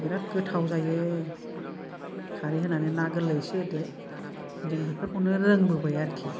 बेराथ गोथाव जायो खारै होनानै ना गोरलै एसे होदो जों बेफोरखौनो रोंबोबाय आरोखि